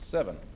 Seven